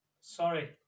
Sorry